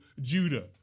Judah